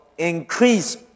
Increase